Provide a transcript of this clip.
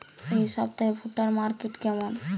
এই সপ্তাহে ভুট্টার মার্কেট কেমন?